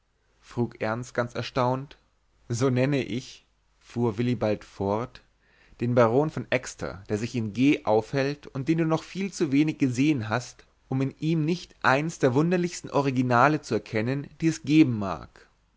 frug ernst ganz erstaunt so nenne ich fuhr willibald fort den baron von exter der sich in g aufhält und den du noch viel zu wenig gesehen hast um in ihm nicht eins der wunderlichsten originale zu erkennen die es geben mag